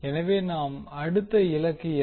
எனவே நமது அடுத்த இலக்கு என்ன